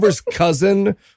cousin